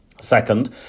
Second